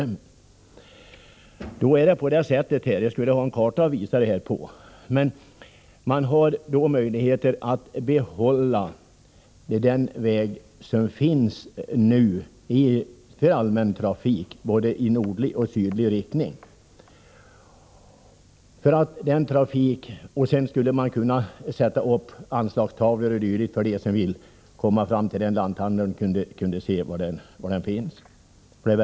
Det skulle behövas en karta för att visa området, men låt mig säga att man bör få möjligheter att behålla också den väg som nu finns för allmän trafik i både sydlig och nordlig riktning. På den vägen skulle anslagstavlor som visade var lanthandeln låg kunna sättas upp.